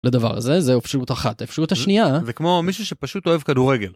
לדבר זה, זה אפשרות אחת, אופשירות השנייה, זה כמו מישהו שפשוט אוהב כדורגל.